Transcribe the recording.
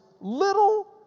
little